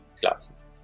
classes